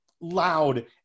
loud